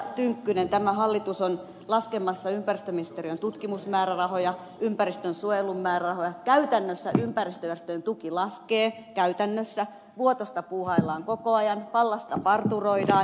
tynkkynen tämä hallitus on laskemassa ympäristöministeriön tutkimusmäärärahoja ympäristönsuojelun määrärahoja käytännössä ympäristöjärjestöjen tuki laskee käytännössä vuotosta puuhaillaan koko ajan pallasta parturoidaan